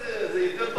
זה יותר טוב,